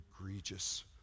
egregious